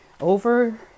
over